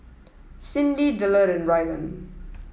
Cyndi Dillard and Rylan